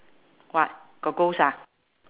what got ghost ah